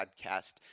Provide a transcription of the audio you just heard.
Podcast